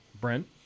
Brent